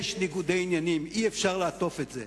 יש ניגודי עניינים, אי-אפשר לעטוף את זה.